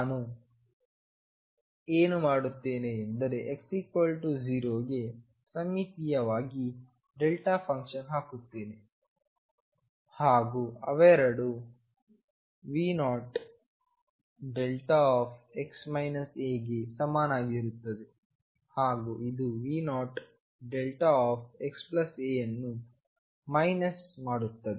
ನಾನು ಏನು ಮಾಡುತ್ತೇನೆ ಎಂದರೆ x0ಗೆ ಸಮ್ಮಿತೀಯ ವಾಗಿ ಫಂಕ್ಷನ್ ಹಾಕುತ್ತೇನೆ ಹಾಗೂ ಅವೆರಡುV0δ ಗೆ ಸಮನಾಗಿರುತ್ತದೆ ಹಾಗೂ ಇದು V0δxaಅನ್ನು ಮೈನಸ್ ಮಾಡುತ್ತದೆ